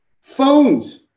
Phones